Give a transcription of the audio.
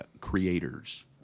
creators